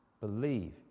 believe